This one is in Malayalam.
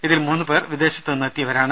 ഇതിൽ മൂന്നുപേർ വിദേശത്തു നിന്നെത്തിയവരാണ്